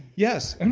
yes. i'm